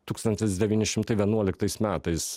tūkstantis devyni šimtai vienuoliktais metais